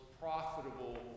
profitable